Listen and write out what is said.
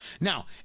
Now